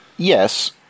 Yes